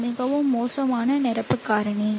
இது மிகவும் மோசமான நிரப்பு காரணி